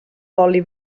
oli